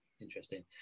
interesting